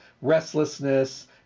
restlessness